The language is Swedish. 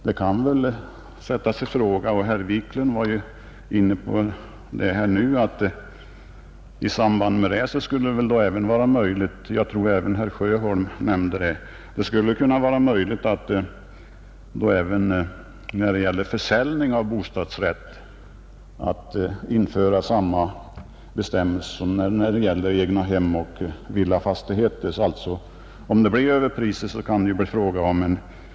Det kan ju ifrågasättas om inte i samband med försäljning av bostadsrätt det skulle vara möjligt att införa samma bestämmelser som när det gäller egnahem och villafastigheter. Om det skulle bli överpriser, kunde det bli fråga om en viss beskattning.